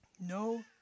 No